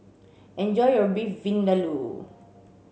enjoy your Beef Vindaloo